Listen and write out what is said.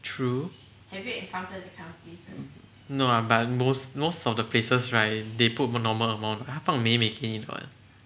true no ah but mo~ most of the places right they put normal amount 他放美美给你们